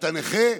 אתה נכה?